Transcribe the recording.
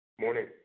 Morning